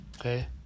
okay